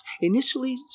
Initially